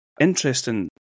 Interesting